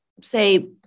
say